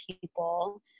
people